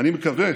ואני מקווה